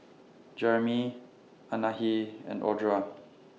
Jereme Anahi and Audra